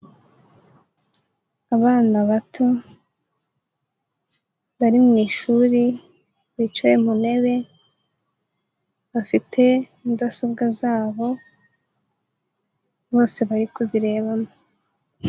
Abana bato bari mu ishuri bicaye mu ntebe, bafite mudasobwa zabo, bose bari kuzirebamo.